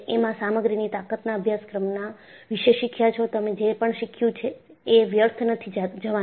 એમાં સામગ્રીની તાકતના અભ્યાસક્રમના વિશે શીખ્યા છો તમે જે પણ શીખ્યુ છે એ વ્યર્થ નથી જવાનું